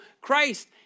Christ